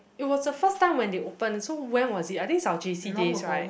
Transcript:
it was the first time when they open so when was it I think is our j_c days right